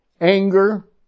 anger